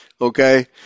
Okay